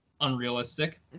unrealistic